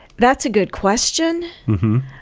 that's a good question.